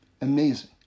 Amazing